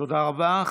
תודה רבה.